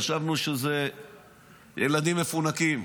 חשבנו שאלה ילדים מפונקים.